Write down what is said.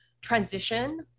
transition